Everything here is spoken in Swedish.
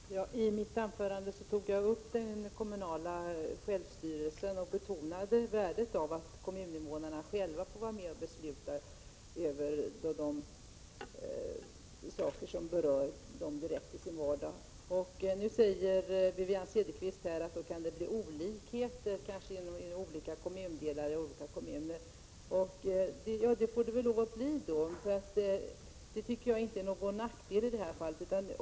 Fru talman! I mitt anförande tog jag upp den kommunala självstyrelsen och betonade värdet av att kommuninvånarna själva får vara med om att besluta om de saker som berör dem direkt i deras vardag. Nu säger Wivi-Anne Cederqvist att det kan uppstå olikheter inom olika kommuner eller kommundelar. Ja, det får det väl lov att bli då. Det tycker jag inte är någon nackdel i det här fallet.